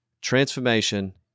transformation